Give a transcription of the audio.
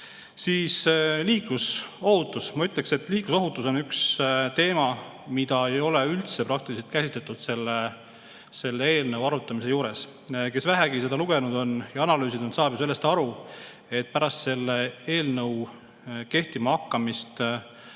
Siis liiklusohutus. Ma ütleksin, et liiklusohutus on üks teema, mida ei ole praktiliselt üldse käsitletud selle eelnõu arutamisel. Kes vähegi seda lugenud ja analüüsinud on, saab ju aru, et pärast selle eelnõu kehtima hakkamist